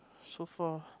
so far